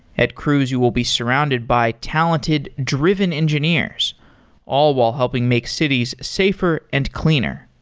at cruise you will be surrounded by talented, driven engineers all while helping make cities safer and cleaner.